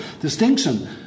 distinction